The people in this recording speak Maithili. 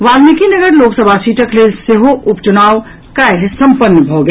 वाल्मीकिनगर लोकसभा सीटक लेल सेहो उपचुनाव काल्हि सम्पन्न भऽ गेल